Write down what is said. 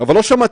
כן.